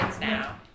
now